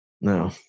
No